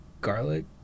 Garlic